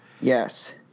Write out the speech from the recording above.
Yes